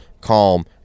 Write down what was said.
calm